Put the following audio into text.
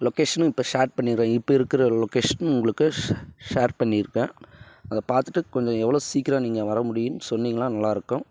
லொக்கேஷனும் இப்போ ஷேர் பண்ணிடறேன் இப்போ இருக்கிற லொக்கேஷன் உங்களுக்கு ஷ ஷேர் பண்ணியிருக்கேன் அதைப் பார்த்துட்டு கொஞ்சம் எவ்வளோ சீக்ரம் நீங்கள் வரமுடியும்னு சொன்னீங்கனா நல்லாயிருக்கும்